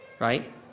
Right